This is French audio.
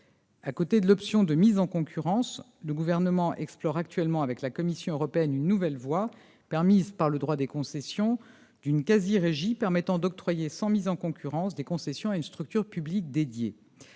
À côté de l'option de mise en concurrence, le Gouvernement explore actuellement avec la Commission européenne une nouvelle voie permise par le droit des concessions : une quasi-régie permettant d'octroyer sans mise en concurrence des concessions à une structure publique dédiée.